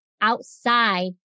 outside